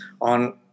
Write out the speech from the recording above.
on